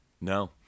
No